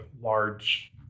large